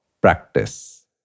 practice